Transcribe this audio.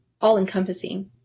all-encompassing